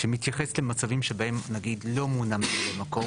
שמתייחס למצבים שבהם נגיד לא מונה ממלא מקום